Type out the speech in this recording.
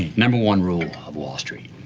number one rule of wall street,